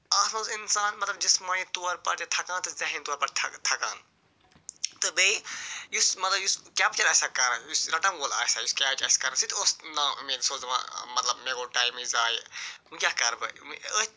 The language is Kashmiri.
اتھ منٛز اِنسان مطلب جسمٲنی طور پتہٕ تھکان تہٕ ذہینی طور پتہٕ تھَے تھکان تہٕ بیٚیہِ یُس مطلب یُس کٮ۪پچر آسہِ ہا کَران یُس رَٹن وول آسہِ ہا یُس کیچ آسہِ کَران سُہ تہِ اوس نا اُمید سُہ اوس دَپان مطلب مےٚ گوٚو ٹایمٕے ضایہِ وۅنۍ کیٛاہ کَرٕ بہٕ أتھۍ پٮ۪ٹھ